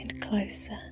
closer